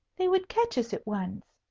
they would catch us at once.